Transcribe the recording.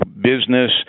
business